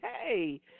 Hey